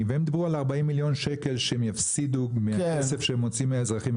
והם דיברו על 40 מיליון שקל שהם יפסידו מהכסף שהם מוציאים מהאזרחים,